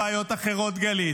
סיימתם?